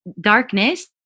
darkness